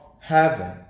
heaven